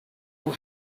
who